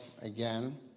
again